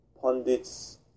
pundits